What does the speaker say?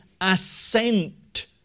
assent